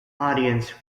audience